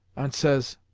ant says,